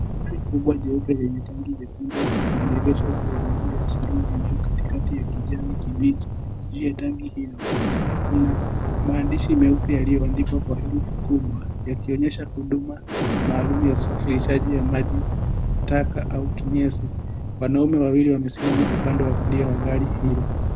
Gari kubwa jeupe lenye tanki jekndu limeegeshwa juu ya mizinga ya seruji iliyo katikati ya kijani kibichi. Juu ya tanki hilo kuna maandishi meupe yaliyoandikwa kwa herufi kubwa yakionyesha huduma maalum ya usafirishaji wa maji taka au kinyesi wanaume wawili wamesimama upande wa kulia wa gari hilo .